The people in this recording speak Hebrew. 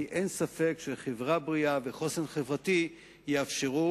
כי אין ספק שחברה בריאה וחוסן חברתי יאפשרו